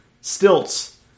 stilts